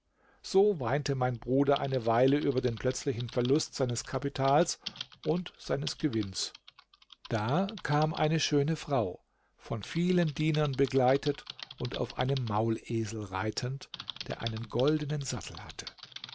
so weinte mein bruder eine weile über den plötzlichen verlust seines kapitals und seines gewinns da kam eine schöne frau von vielen dienern begleitet und auf einem maulesel reitend der einen goldenen sattel hatte